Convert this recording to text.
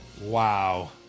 wow